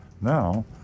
Now